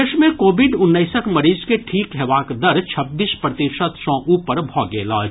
देश मे कोविड उन्नैसक मरीज के ठीक हेबाक दर छब्बीस प्रतिशत सॅ ऊपर भऽ गेल अछि